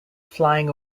flying